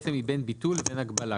ביטול לבין הגבלה.